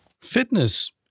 Fitness